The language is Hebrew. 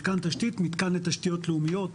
מתקן תשתית, מתקן לתשתיות לאומיות.